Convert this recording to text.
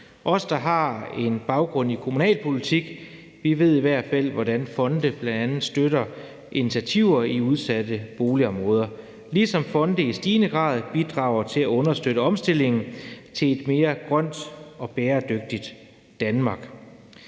Vi, der har en baggrund i kommunalpolitik, ved i hvert fald, hvordan fonde bl.a. støtter initiativer i udsatte boligområder, ligesom fonde i stigende grad bidrager til at understøtte omstillingen til et mere grønt og bæredygtigt Danmark.